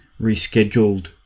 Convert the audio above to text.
rescheduled